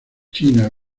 china